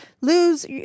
lose